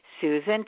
Susan